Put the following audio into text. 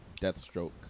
Deathstroke